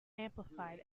amplified